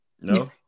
No